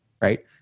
Right